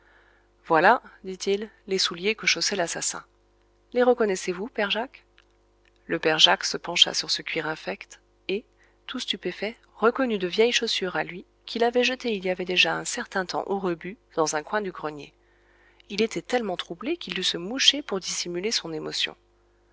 voilà dit-il les souliers que chaussait l'assassin les reconnaissez-vous père jacques le père jacques se pencha sur ce cuir infect et tout stupéfait reconnut de vieilles chaussures à lui qu'il avait jetées il y avait déjà un certain temps au rebut dans un coin du grenier il était tellement troublé qu'il dut se moucher pour dissimuler son émotion